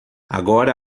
agora